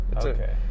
Okay